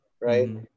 right